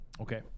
Okay